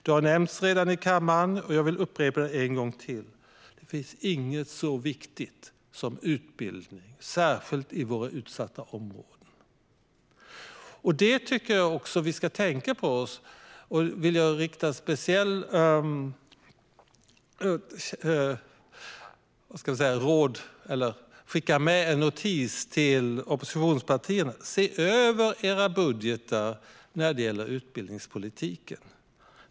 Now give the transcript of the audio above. Det har redan nämnts en gång i kammaren, och jag vill upprepa det en gång till: Det finns inget så viktigt som utbildning, särskilt i våra utsatta områden. Jag vill skicka med ett råd till oppositionspartierna: Se över era budgetar när det gäller utbildningspolitiken!